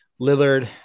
Lillard